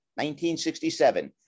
1967